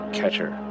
catcher